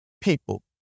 people